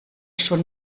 schon